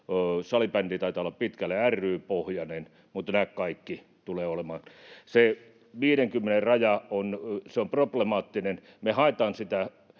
salibandy taitaa olla pitkälle ry-pohjainen — mutta nämä kaikki tulevat olemaan. Se 50:n raja on problemaattinen. Me haetaan sitä